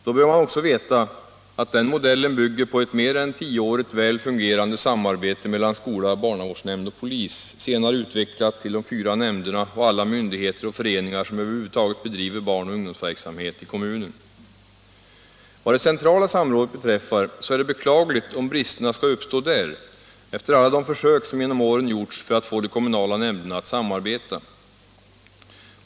Då bör man också veta att den modellen bygger på ett mer än tioårigt väl fungerande samarbete mellan skola-barnavårdsnämnd-polis, senare utvecklat till de fyra nämnderna och alla myndigheter och föreningar som över huvud taget bedriver barnoch ungdomsverksamhet i kommunen. Vad det centrala samrådet beträffar så är det beklagligt om bristerna skall uppstå där, efter alla de försök som genom åren gjorts för att få de kommunala nämnderna att samarbeta.